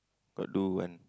got do one